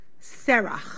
Serach